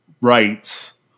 rights